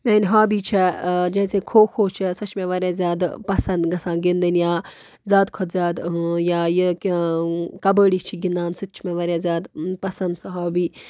میٛٲنۍ ہابی چھےٚ جیسے کھو کھو چھےٚ سۄ چھِ مےٚ واریاہ زیادٕ پَسنٛد گژھان گِنٛدٕنۍ یا زیادٕ کھۄتہٕ زیادٕ یا یہِ کہِ کَبَڈی چھِ گِنٛدان سُہ تہِ چھِ مےٚ واریاہ زیادٕ پَسنٛد سۄ ہابی